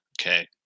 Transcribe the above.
okay